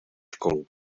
školu